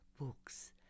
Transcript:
books